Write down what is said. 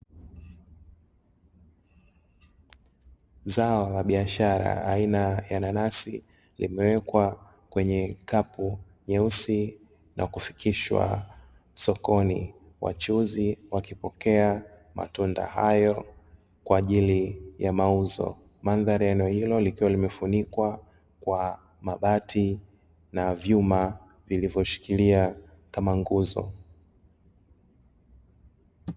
Zao la biashara aina ya nanasi, limewekwa kwenye kapu nyeusi na kufikishwa sokoni, wachuuzi wakipokea matunda hayo kwaajili ya mauzo, mndhari ya eneo hilo limefunikwa kwa mabati na vyuma vilivyoshikilia kama nguzo.